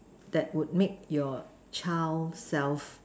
that would make your child self